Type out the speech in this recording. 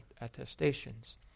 attestations